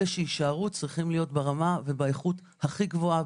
אלו שיישארו צריכים להיות ברמה ובאיכות הכי גבוהה,